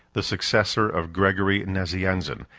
the successor of gregory nazianzen,